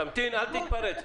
תמתין, אל תתפרץ.